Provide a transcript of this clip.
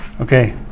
okay